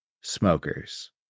smokers